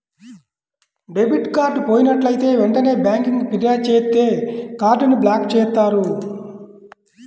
debit card పోయినట్లైతే వెంటనే బ్యేంకుకి ఫిర్యాదు చేత్తే కార్డ్ ని బ్లాక్ చేత్తారు